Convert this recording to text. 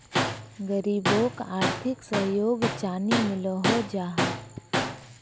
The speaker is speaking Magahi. गरीबोक आर्थिक सहयोग चानी मिलोहो जाहा?